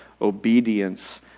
obedience